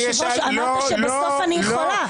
אמרת שבסוף אני יכולה.